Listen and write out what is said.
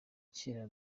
kera